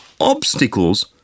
Obstacles